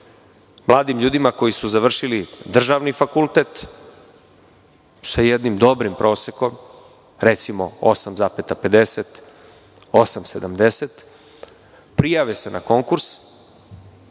mladim ljudima koji su završili državni fakultet sa jednim dobrim prosekom, recimo 8,50 ili 8,70, koji se prijave na konkurs